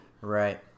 Right